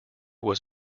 was